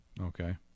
Okay